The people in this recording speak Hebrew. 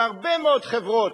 והרבה מאוד חברות,